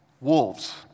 wolves